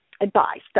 advice